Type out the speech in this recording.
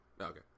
Okay